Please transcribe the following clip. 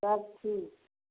सबचीज